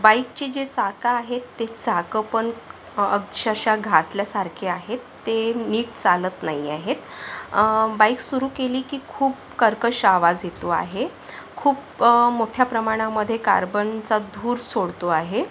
बाईकचे जे चाकं आहेत ते चाकं पण अक्षरशः घासल्यासारखे आहेत ते नीट चालत नाही आहेत बाईक सुरू केली की खूप कर्कश आवाज येतो आहे खूप मोठ्या प्रमाणामध्ये कार्बनचा धूर सोडतो आहे